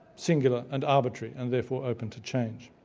singular and arbitrary and therefore open to change.